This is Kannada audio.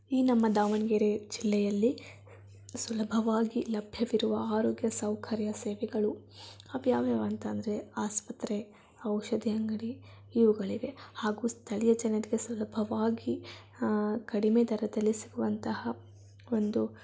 ಈ ನಮ್ಮ ದಾವಣಗೆರೆ ಜಿಲ್ಲೆಯಲ್ಲಿ ಸುಲಭವಾಗಿ ಲಭ್ಯವಿರುವ ಆರೋಗ್ಯ ಸೌಕರ್ಯ ಸೇವೆಗಳು ಅವು ಯಾವ್ಯಾವು ಅಂತ ಅಂದರೆ ಆಸ್ಪತ್ರೆ ಔಷಧಿ ಅಂಗಡಿ ಇವುಗಳಿವೆ ಹಾಗೂ ಸ್ಥಳೀಯ ಜನರಿಗೆ ಸುಲಭವಾಗಿ ಕಡಿಮೆ ದರದಲ್ಲಿ ಸಿಗುವಂತಹ ಒಂದು